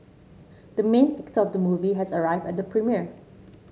the main actor of the movie has arrived at the premiere